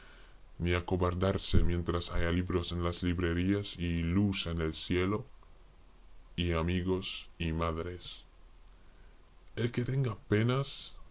ni acobardarse mientras haya libros en las librerías y luz en el ciclo y amigos y madres el que tenga penas